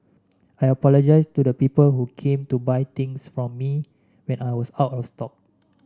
I apologise to the people who came to buy things from me when I was out of stock